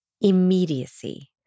immediacy